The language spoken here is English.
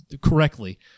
correctly